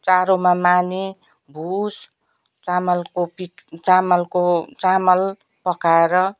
चारोमा माने भुस चामलको पिठ चामलको चामल पकाएर